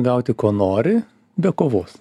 gauti ko nori be kovos